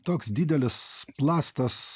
toks didelis plastas